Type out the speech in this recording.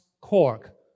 cork